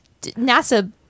NASA